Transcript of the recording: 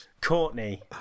Courtney